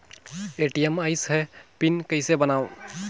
ATM आइस ह PIN कइसे बनाओ?